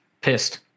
pissed